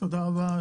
תודה רבה,